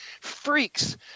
freaks